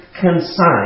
consign